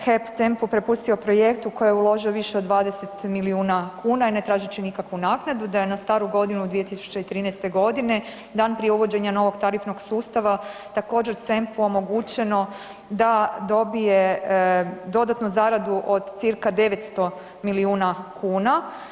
da je 2013.g. HEP CEMP-u prepustio projekt u koji je uložio više od 20 milijuna kuna ne tražeći nikakvu naknadu, da je na Staru Godinu 2013.g. dan prije uvođenja novog tarifnog sustava također CEMP-u omogućeno da dobije dodatnu zaradu od cca. 900 milijuna kuna.